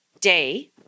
day